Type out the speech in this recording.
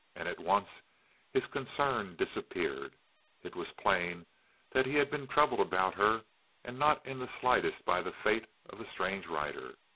and at once his concern disappeared it was plain that he had been troubled about her and not in the slightest by the fate of the strange rider.